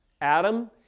Adam